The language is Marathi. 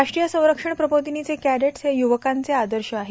राष्ट्रीय संरक्षण प्रबोधिनी चे कैडेट्स हे युवकांचे आदर्श आहेत